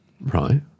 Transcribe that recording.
Right